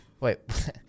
Wait